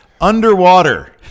underwater